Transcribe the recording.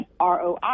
ROI